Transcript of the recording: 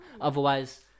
Otherwise